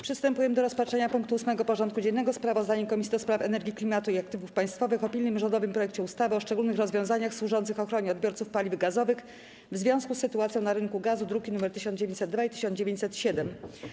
Przystępujemy do rozpatrzenia punktu 8. porządku dziennego: Sprawozdanie Komisji do Spraw Energii, Klimatu i Aktywów Państwowych o pilnym rządowym projekcie ustawy o szczególnych rozwiązaniach służących ochronie odbiorców paliw gazowych w związku z sytuacją na rynku gazu (druki nr 1902 i 1907)